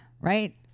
right